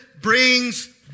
brings